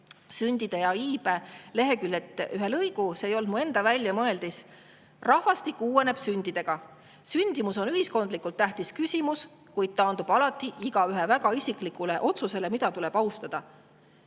sündide ja iibe leheküljelt ette ühe lõigu, see ei ole mu enda väljamõeldis. Rahvastik uueneb sündidega. Sündimus on ühiskondlikult tähtis küsimus, kuid taandub alati igaühe väga isiklikule otsusele, mida tuleb austada.